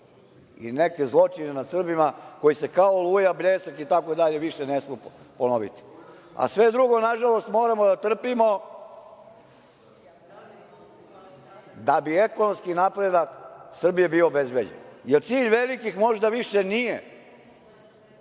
i neke zločine nad Srbima koji se kao "Oluja", "Bljesak" itd. više ne smeju ponoviti. A sve drugo, nažalost, moramo da trpimo, da bi ekonomski napredak Srbije bio obezbeđen. Jer, cilj velikih možda više nije